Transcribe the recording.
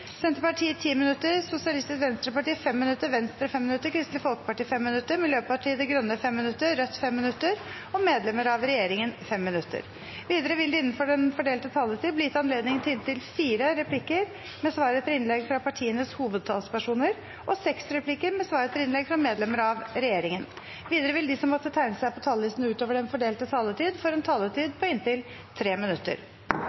Senterpartiet 10 minutter, Sosialistisk Venstreparti 5 minutter, Venstre 5 minutter, Kristelig Folkeparti 5 minutter, Miljøpartiet De Grønne 5 minutter, Rødt 5 minutter og medlemmer av regjeringen 5 minutter. Videre vil det – innenfor den fordelte taletid – bli gitt anledning til inntil fire replikker med svar etter innlegg fra partienes hovedtalspersoner og seks replikker med svar etter innlegg fra medlemmer av regjeringen. Videre vil de som måtte tegne seg på talerlisten utover den fordelte taletid, få en